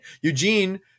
Eugene